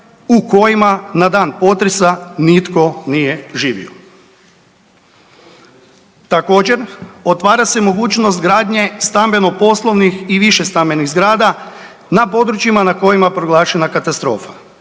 u kojima na dan potresa nitko nije živio. Također, otvara se mogućnost gradnje stambeno-poslovnih i višestambenih zgrada na područjima na kojima je proglašena katastrofa.